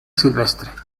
silvestre